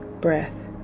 breath